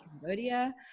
Cambodia